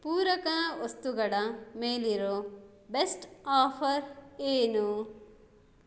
ಪೂರಕ ವಸ್ತುಗಳ ಮೇಲಿರೋ ಬೆಸ್ಟ್ ಆಫರ್ ಏನು